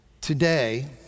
Today